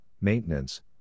maintenance